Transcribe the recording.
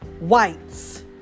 whites